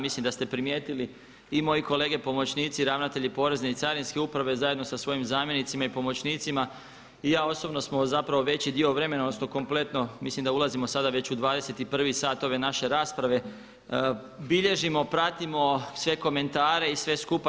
Mislim da ste primijetili i moje kolege pomoćnici, ravnatelji Porezne i Carinske uprave zajedno sa svojim zamjenicima i pomoćnicima i ja osobno smo zapravo veći dio vremena ostali kompletno, mislim da ulazimo sada već u 21 sat ove naše rasprave, bilježimo, pratimo sve komentare i sve skupa.